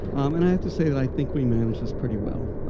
and i have to say that i think we managed this pretty well,